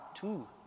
two